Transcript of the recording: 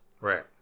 Right